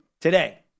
today